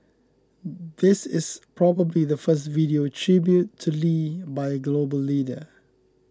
this is probably the first video tribute to Lee by a global leader